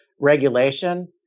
regulation